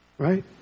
Right